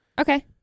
Okay